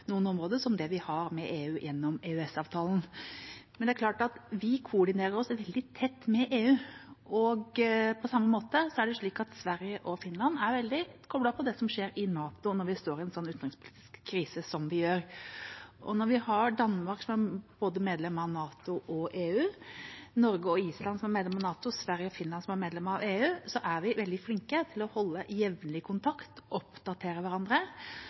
som det vi har med EU gjennom EØS-avtalen. Det er klart at vi koordinerer oss veldig tett med EU. På samme måte er det slik at Sverige og Finland er veldig koblet på det som skjer i NATO, når vi står i en slik utenrikspolitisk krise som vi står i nå. Når vi har Danmark, som er medlem av både NATO og EU, Norge og Island, som er medlem av NATO, og Sverige og Finland, som er medlem av EU, er vi veldig flinke til å holde jevnlig kontakt, oppdatere hverandre.